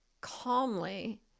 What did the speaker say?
calmly